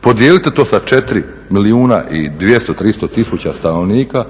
Podijelite to sa 4 milijuna i 200, 300 tisuća stanovnika,